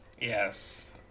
Yes